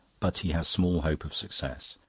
but he has small hope of success.